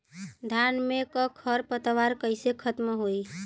धान में क खर पतवार कईसे खत्म होई?